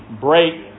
break